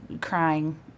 crying